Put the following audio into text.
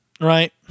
right